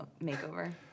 makeover